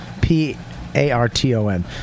P-A-R-T-O-N